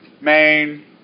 main